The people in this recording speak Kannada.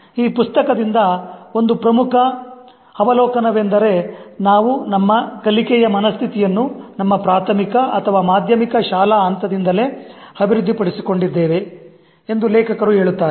ಈ ಪುಸ್ತಕದಿಂದ ಒಂದು ಪ್ರಮುಖ ಅವಳು ಅವಲೋಕನವೆಂದರೆ ನಾವು ನಮ್ಮ ಕಲಿಕೆಯ ಮನಸ್ಥಿತಿಯನ್ನು ನಮ್ಮ ಪ್ರಾಥಮಿಕ ಅಥವಾ ಮಾಧ್ಯಮಿಕ ಶಾಲಾ ಹಂತದಿಂದಲೇ ಅಭಿವೃದ್ಧಿಪಡಿಸಿ ಕೊಂಡಿದ್ದೇವೆ ಎಂದು ಲೇಖಕರು ಹೇಳುತ್ತಾರೆ